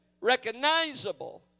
recognizable